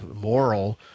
moral